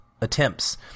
attempts